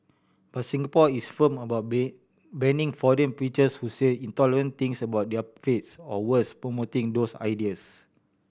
but Singapore is firm about ban banning foreign preachers who say intolerant things about other faiths or worse promoting those ideas